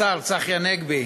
השר צחי הנגבי,